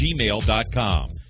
gmail.com